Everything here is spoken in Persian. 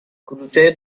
کلوچه